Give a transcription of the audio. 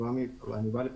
תלמיד,